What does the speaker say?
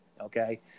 Okay